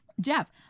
Jeff